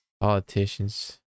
Politicians